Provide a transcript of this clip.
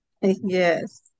Yes